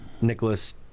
Nicholas